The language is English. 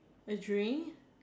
a drink